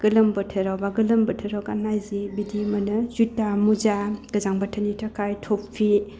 गोलोम बोथोरावबा लोगोम बोथोराव गान्नाय जि बिदि मोनो सुता मुजा गोजां बोथोरनि थाखाय थुपि